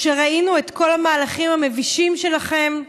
שראינו את כל המהלכים המבישים שלכם,